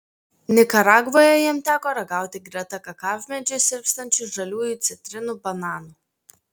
nikaragvoje jam teko ragauti greta kakavmedžių sirpstančių žaliųjų citrinų bananų